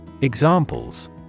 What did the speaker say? Examples